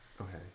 Okay